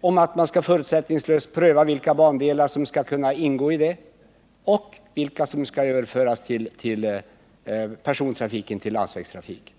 och om att man förutsättningslöst skall pröva vilka bandelar som skall ingå i det och för vilka persontrafiken skall överföras till landsväg?